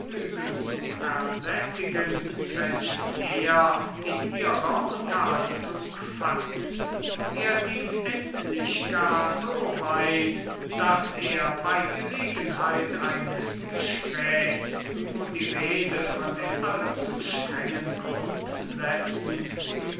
zu ersättigen welches er in den armen dieser angenehmen kreatur zu finden schien er ging endlich gar so weit daß er bei gelegenheit eines gesprächs wo die rede von den allzustrengen grundsätzen